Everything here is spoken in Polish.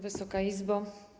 Wysoka Izbo!